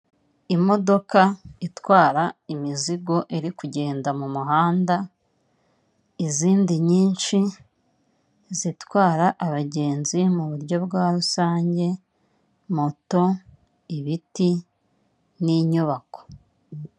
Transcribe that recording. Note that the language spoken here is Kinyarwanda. Imitaka myinshi igiye itandukanye harimo imitaka itukura ya eyateri ndetse n'uw'icyatsi wa infinigisi imbere yaho hakaba hateretse akabati gacururizwaho, amarinite imbere y'aho hakaba abantu benshi batandukanye harimo uwambaye ijiri ya emutiyene, isa umuhondo hakurya y'aho hakaba hari inzu iriho y'icyapa cya eyateri.